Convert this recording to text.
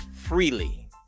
freely